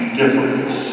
difference